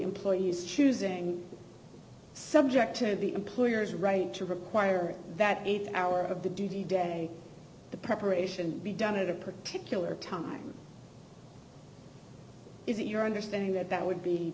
employees choosing subject to the employer's right to require that eight hour of the duty day the preparation be done at a particular time is it your understanding that that would be